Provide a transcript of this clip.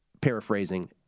paraphrasing